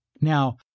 Now